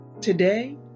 Today